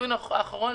בדיון האחרון